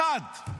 אחד.